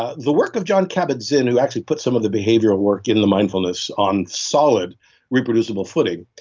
ah the work of john kabat-zinn who actually puts some of the behavioral work in the mindfulness on solid reproducible footing,